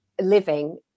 living